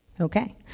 Okay